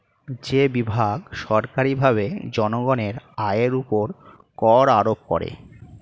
যে বিভাগ সরকারীভাবে জনগণের আয়ের উপর কর আরোপ করে